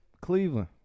Cleveland